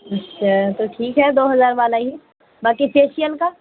اچھا تو ٹھیک ہے دو ہزار والا ہی باقی فیشیل کا